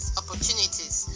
opportunities